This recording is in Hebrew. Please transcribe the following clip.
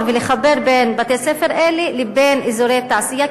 ולחבר בין בתי-ספר אלה לבין אזורי תעשייה,